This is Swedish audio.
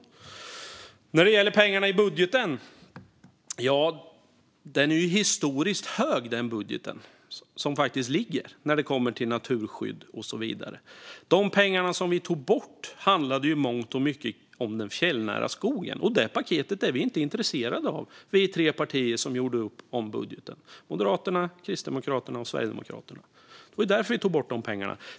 Sedan var det frågan om pengarna i budgeten. Den här budgeten är historiskt hög när det kommer till naturskydd, och så vidare. De pengar som vi tog bort handlade i mångt och mycket om den fjällnära skogen. Det paketet är vi tre partier som gjorde upp om budgeten inte intresserade av - Moderaterna, Kristdemokraterna och Sverigedemokraterna. Det var därför vi tog bort pengarna.